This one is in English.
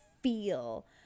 feel